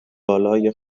والای